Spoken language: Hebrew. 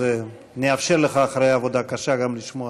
אז נאפשר לך, אחרי עבודה קשה, גם לשמוע תודה.